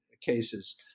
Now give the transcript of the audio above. cases